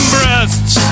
Breasts